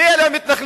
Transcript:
מי אלה המתנחלים?